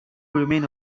remain